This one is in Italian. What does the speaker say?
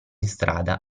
strada